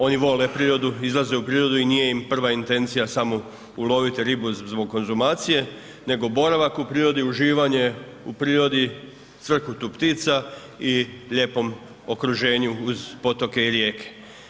Oni vole prirodu, izlaze u prirodu i nije im prva intencija samo uloviti ribu zbog konzumacije, nego boravak u prirodi, uživanje u prirodi, cvrkutu ptica i lijepom okruženju uz potoke i rijeke.